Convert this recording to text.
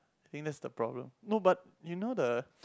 think that's the problem no but you know the